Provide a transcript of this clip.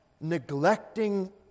neglecting